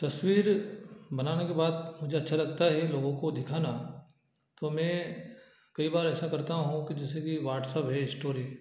तस्वीर बनाने के बाद मुझे अच्छा लगता है लोगों को दिखाना तो मैं कई बार ऐसा करता हूँ कि जैसे कि व्हाट्सएप है स्टोरी